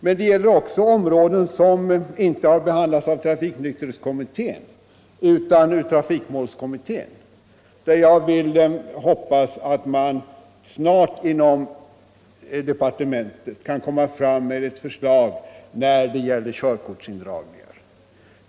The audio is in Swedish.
Men det gäller också områden som inte har 145 behandlats av trafiknykterhetskommittén utan av trafikmålskommittén, och jag hoppas att man inom departementet snart kan lägga fram ett förslag när det gäller körkortsindragningar.